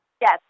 yes